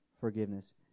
forgiveness